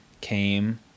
came